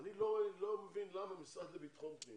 אני לא מבין למה במשרד לבטחון פנים